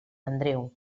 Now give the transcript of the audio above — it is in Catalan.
andreu